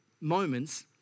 moments